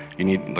you need, but